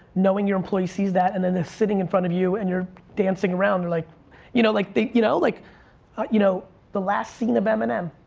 knowing your employee sees that and then they're sitting in front of you and you're dancing around. like you know like the you know like you know the last scene of eminem,